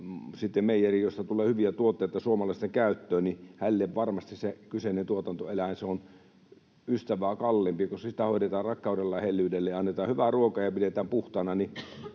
meijeriin, josta tulee hyviä tuotteita suomalaisten käyttöön, se kyseinen tuotantoeläin, varmasti on ystävää kalliimpi. Sitä hoidetaan rakkaudella ja hellyydellä ja annetaan hyvää ruokaa ja pidetään puhtaana.